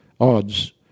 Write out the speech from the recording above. odds